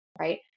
right